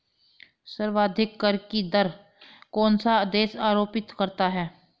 सर्वाधिक कर की दर कौन सा देश आरोपित करता है?